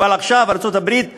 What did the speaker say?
אבל עכשיו ארצות-הברית עברה,